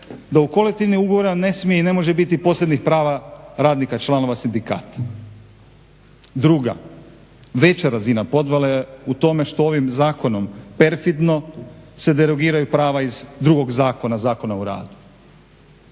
da u kolektivnim ugovorima ne smije i ne može biti posebnih prava radnika, članova sindikata. Druga, veća razina podvale je u tome što ovim zakonom perfidno se derogiraju prava iz drugog zakona – Zakona o radu.